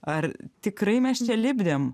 ar tikrai mes čia lipdėm